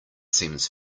seems